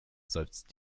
seufzt